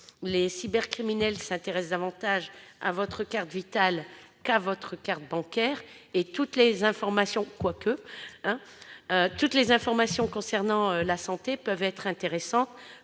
Les cybercriminels s'intéressent davantage à notre carte Vitale qu'à notre carte bancaire. Quoique ... Toutes les informations concernant la santé peuvent les intéresser